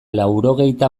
laurogeita